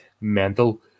mental